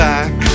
Back